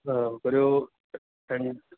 ഒരു ടെൻ